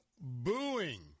booing